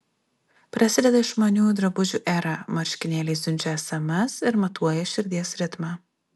prasideda išmaniųjų drabužių era marškinėliai siunčia sms ir matuoja širdies ritmą